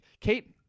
Kate